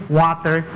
water